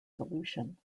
solution